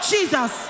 Jesus